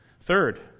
third